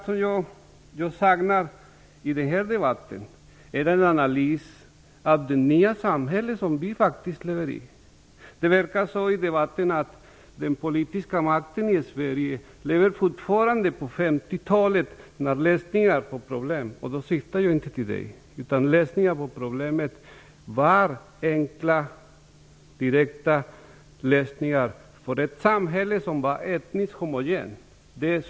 Jag saknar i den här debatten en analys av det nya samhälle som vi faktiskt lever i. Det verkar i debatten som om de politiska makthavarna i Sverige fortfarande lever på 50-talet, då lösningarna på problemen var enkla och direkta. Det var lösningar för ett samhälle som var etniskt homogent.